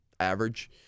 Average